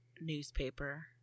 newspaper